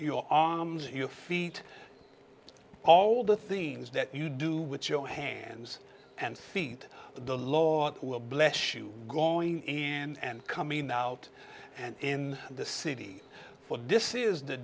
your arms your feet all the things that you do with your own hands and feet the law will bless you growing and coming out and in the city what this is the